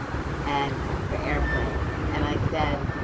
and for airplanes, and i said,